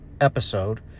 episode